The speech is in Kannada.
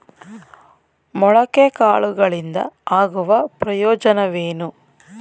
ಮೊಳಕೆ ಕಾಳುಗಳಿಂದ ಆಗುವ ಪ್ರಯೋಜನವೇನು?